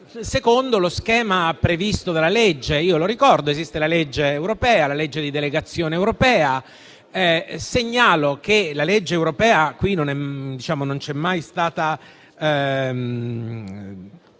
secondo lo schema previsto dalla legge: ricordo che esistono la legge europea e la legge di delegazione europea. Segnalo che la legge europea non ci è mai stata